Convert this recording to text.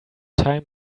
time